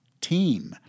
team